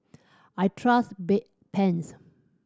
I trust Bedpans